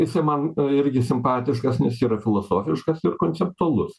jisai man irgi simpatiškas nes yra filosofiškas ir konceptualus